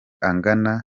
angana